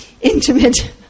intimate